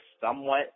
somewhat